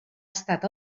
estat